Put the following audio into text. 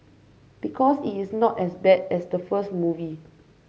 because it's not as bad as the first movie